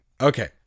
Okay